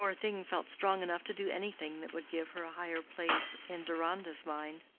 the poor thing felt strong enough to do anything that would give her a higher place in deronda's mind.